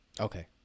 Okay